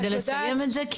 כדי לסיים את זה.